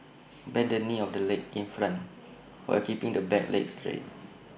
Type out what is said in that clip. bend the knee of the leg in front while keeping the back leg straight